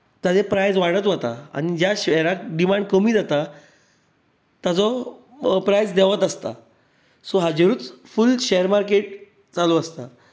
ताचें प्रायस वाडत वता आनी ज्या शॅराक डिमांड कमी जाता ताचो प्रायस देंवत आसता सो हाजेरूच फूल शॅर मार्केट चालू आसता